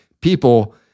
people